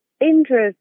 interest